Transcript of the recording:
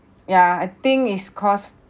yeah I think it's cost